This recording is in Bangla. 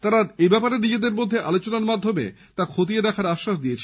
তারা এ ব্যাপারে নিজেদের মধ্যে আলোচনার মাধ্যমে তা খতিয়ে দেখার আশ্বাস দিয়েছেন